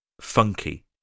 funky